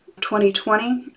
2020